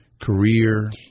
Career